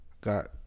Got